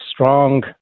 strong